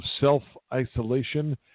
self-isolation